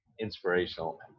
inspirational